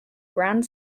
grand